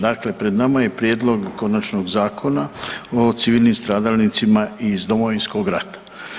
Dakle, pred nama je prijedlog konačnog Zakona o civilnim stradalnicima iz Domovinskog rata.